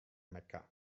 mecca